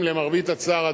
למרבה הצער,